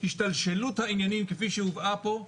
השתלשלות העניינים, כפי שהובאה פה,